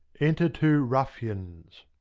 enter two ruffians.